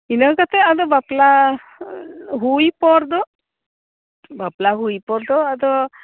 ᱤᱱᱟᱹ ᱠᱟᱛᱮᱫ ᱟᱫᱚ ᱵᱟᱯᱞᱟ ᱦᱩᱭ ᱯᱚᱨ ᱫᱚ ᱵᱟᱯᱞᱟ ᱦᱩᱭ ᱯᱚᱨ ᱫᱚ ᱟᱫᱚ